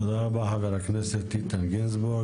תודה רבה חבר הכנסת איתן גינזבורג.